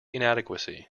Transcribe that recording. inadequacy